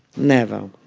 never.